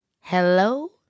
Hello